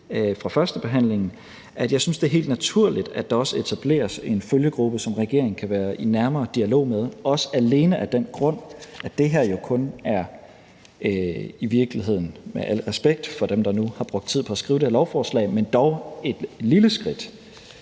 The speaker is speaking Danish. ved førstebehandlingen gerne sige, at jeg synes, det er helt naturligt, at der også etableres en følgegruppe, som regeringen kan være i nærmere dialog med, også alene af den grund, at det her jo i virkeligheden kun er et lille skridt – med al respekt for dem, der nu har brugt tid på at skrive det her lovforslag. For da vi foretog